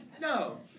No